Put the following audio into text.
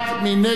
מי נגד?